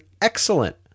excellent